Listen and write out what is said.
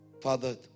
Father